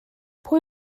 pwy